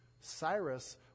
Cyrus